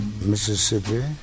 Mississippi